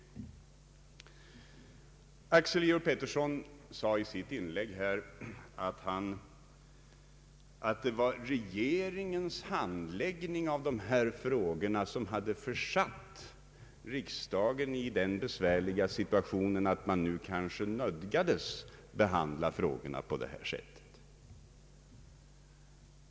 Herr Axel Georg Pettersson sade i sitt inlägg att det var regeringens handläggning av dessa frågor som hade försatt riksdagen i den besvärliga situationen att den nu nödgades behandla frågorna på detta sätt.